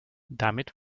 damit